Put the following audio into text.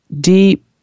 deep